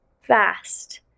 fast